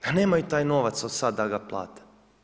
A nemaju taj novac sad da ga plate.